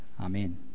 Amen